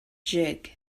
jig